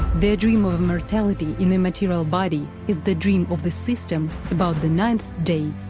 their dream of immortality in the material body is the dream of the system about the ninth day,